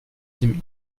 dem